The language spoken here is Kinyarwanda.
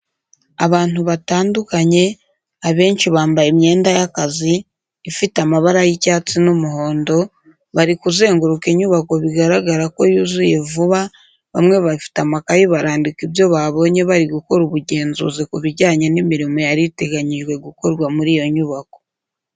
Abantu batandukanye, abenshi bambaye imyenda y'akazi, ifite amabara y'icyatsi n'umuhondo, bari kuzenguruka inyubako bigaragara ko yuzuye vuba bamwe bafite amakayi barandika ibyo babonye bari gukora ubugenzuzi ku bijyanye n'imirimo yari iteganyijwe gukorwa kuri iyo nyubako.